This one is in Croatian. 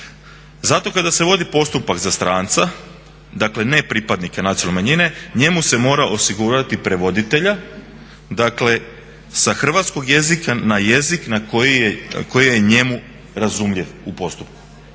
zato kada se vodi postupak za stranca dakle ne pripadnika nacionalne manjine njemu se mora osigurati prevoditelj sa hrvatskog jezika na jezik koji je njemu razumljiv u postupku.